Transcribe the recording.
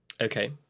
Okay